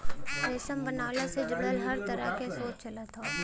रेशम बनवला से जुड़ल हर तरह के शोध चलत हौ